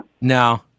no